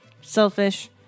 Selfish